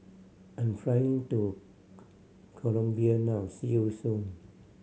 I'm flying to Colombia now see you soon